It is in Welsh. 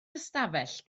ystafell